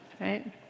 Right